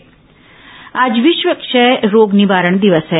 क्षय रोग निवारण दिवस आज विश्व क्षय रोग निवारण दिवस है